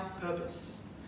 purpose